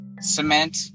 Cement